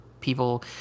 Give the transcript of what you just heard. people